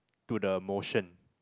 to the motion